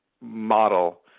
model